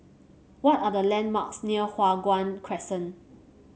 what are the landmarks near Hua Guan Crescent